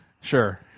Sure